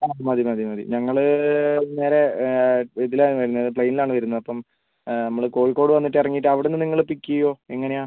ആ മതി മതി മതി ഞങ്ങൾ നേരെ ഇതിലാണ് വരുന്നത് പ്ലെയിനിലാണ് വരുന്നത് അപ്പം നമ്മൾ കോഴിക്കോട് വന്നിട്ട് ഇറങ്ങിയിട്ട് അവിടെ നിന്ന് നിങ്ങൾ പിക്ക് ചെയ്യുമോ എങ്ങനെയാണ്